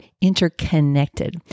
interconnected